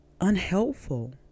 unhelpful